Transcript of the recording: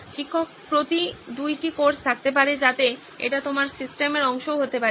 শিক্ষক প্রতি দুইটি কোর্স থাকতে পারে যাতে এটি তোমার সিস্টেমের অংশও হতে পারে